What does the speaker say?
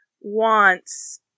wants